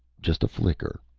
just a flicker,